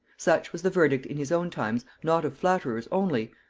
such was the verdict in his own times not of flatterers only,